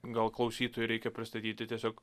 gal klausytojui reikia pristatyti tiesiog